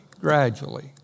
gradually